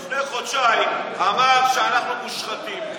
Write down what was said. לפני חודשיים הוא אמר שאנחנו מושחתים,